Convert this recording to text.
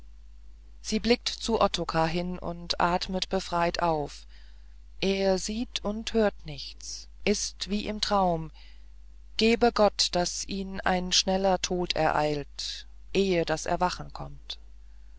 sie blickt zu ottokar hin und atmet befreit auf er sieht und hört nicht ist wie im traum gebe gott daß ihn ein schneller tod ereilt ehe das erwachen kommt